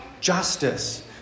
justice